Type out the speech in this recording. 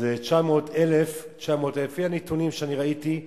אז 900,000, לפי הנתונים שאני ראיתי,